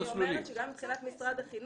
אני אומרת שגם מבחינת משרד החינוך,